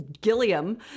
Gilliam